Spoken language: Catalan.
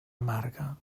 amarga